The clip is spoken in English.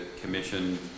Commission